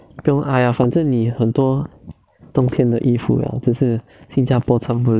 哎呀反正你也很多冬天的衣服啦只是新加坡差不多